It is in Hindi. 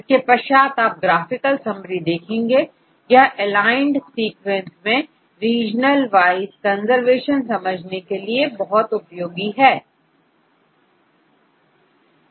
इसके पश्चात आप ग्राफिकल समरी देखेंगे यह एलाइंड सीक्वेंस मैं रीजन वाइज कंजर्वेशन समझने के लिए बहुत उपयोगी है